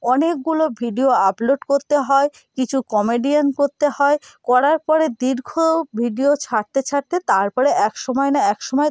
অনেকগুলো video upload করতে হয় কিছু কমেডিয়ান করতে হয় করার পরে দীর্ঘ ভিডিও ছাড়তে ছাড়তে তারপরে এক সময় না এক সময়